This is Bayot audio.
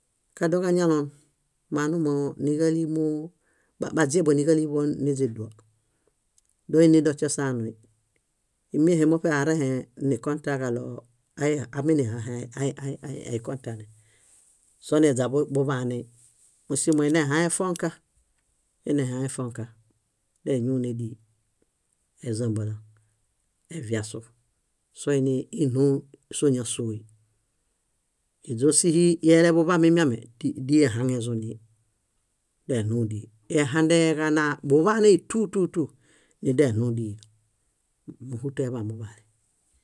Kadoġañalon, manumo níġalimo, baźieḃo níġaliḃo niźiduo. Doini dośosaanui. Ímiehe muṗe arẽhe nikotãġaɭo aminihae ai ai kotane. Soniźa buḃaanei, mósimo inehãe fõka, enehãe fõka, deñuune díi, ézambala, eviasu. Soinilũu sóñasoo. Íźosihi ileḃuḃami miame, díi ehaŋezuni, deɭũu díi. Ehandeeġanaa ḃuḃanei tú, tú, tú nideɭũu díi, móhuto eḃaan muḃale.